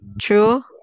True